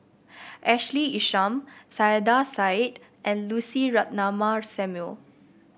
Ashley Isham Saiedah Said and Lucy Ratnammah Samuel